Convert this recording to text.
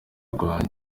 rwanjye